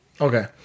Okay